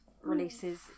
releases